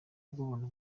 bw’ubuntu